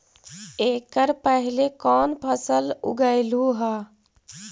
एकड़ पहले कौन फसल उगएलू हा?